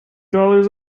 dollars